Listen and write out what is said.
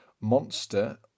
monster